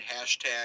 hashtag